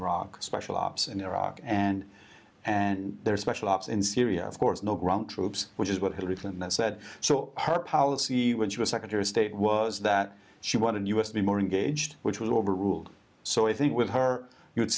iraq special ops in iraq and and their special ops in syria of course no ground troops which is what hillary clinton said so her policy when she was secretary of state was that she wanted us to be more engaged which was overruled so i think with her you would